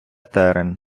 терен